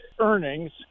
earnings